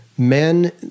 men